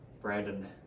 brandon